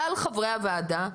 כלל חברי הוועדה,